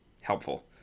helpful